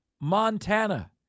Montana